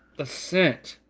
the scent.